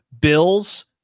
Bills